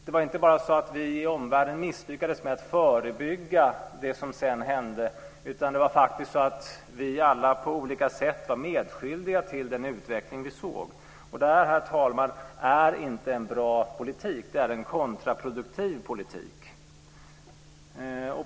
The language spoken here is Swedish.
Det var inte bara så att vi i västvärlden misslyckades med att förebygga det som sedan hände, utan det var faktiskt så att vi alla på olika sätt var medskyldiga till den utveckling vi såg, och det här, herr talman, är inte en bra politik - det är en kontraproduktiv politik.